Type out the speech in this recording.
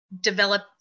develop